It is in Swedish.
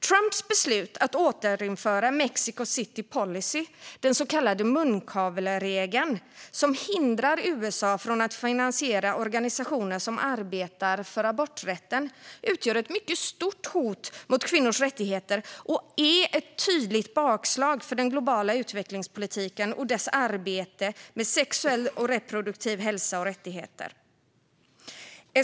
Trumps beslut att återinföra Mexico City-policyn - den så kallade munkavleregeln, som hindrar USA från att finansiera organisationer som arbetar för aborträtten - utgör ett mycket stort hot mot kvinnors rättigheter och är ett tydligt bakslag för den globala utvecklingspolitiken och dess arbete med sexuell och reproduktiv hälsa och rättigheter.